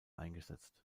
eingesetzt